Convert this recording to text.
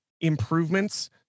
improvements